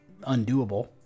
undoable